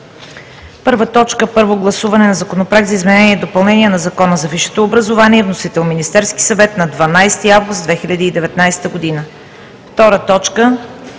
първа точка: